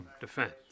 defense